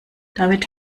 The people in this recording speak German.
damit